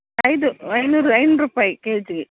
ಐದು ಐನೂರು ಐನೂರು ರೂಪಾಯಿ ಕೆ ಜಿಗೆ